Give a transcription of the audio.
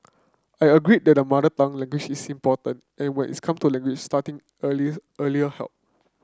I agree that mother tongue language is important and when its come to language starting early early help